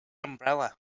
umbrella